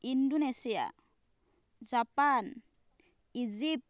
Indonesia Japan Egypt